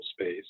space